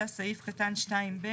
סעיף קטן (2ב)